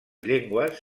llengües